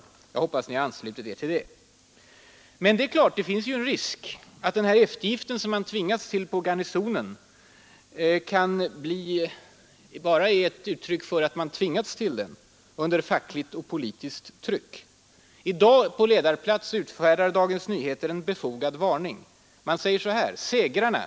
Jag hoppas att ni nu har anslutit er till detta. Men det är klart att det finns en risk att den eftergift som man tvingats till på Garnisonen främst är en följd av fackligt och politiskt tryck. I dag utfärdar Dagens Nyheter på ledarplats en befogad varning.